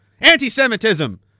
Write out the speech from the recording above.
anti-Semitism